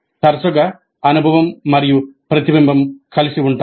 తరచుగా అనుభవం మరియు ప్రతిబింబం కలిసి ఉంటాయి